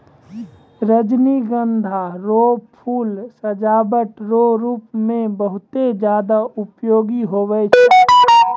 रजनीगंधा रो फूल सजावट रो रूप मे बहुते ज्यादा उपयोग हुवै छै